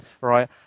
right